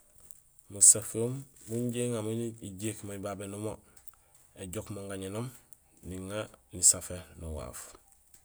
Musahum munjé iŋamé nijéék babé numo, éjook mo gañénoom niŋaar nisafé nuwaaf